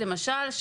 למשל,